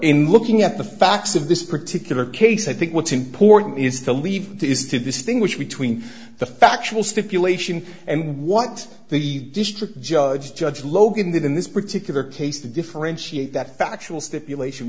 in looking at the facts of this particular case i think what's important is the leave is to distinguish between the factual stipulation and what the district judge judge logan did in this particular case to differentiate that factual stipulation